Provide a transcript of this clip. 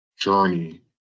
journey